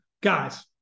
guys